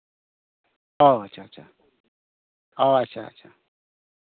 ᱚ ᱟᱪᱪᱷᱟ ᱟᱪᱪᱷᱟ